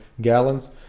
gallons